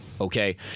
Okay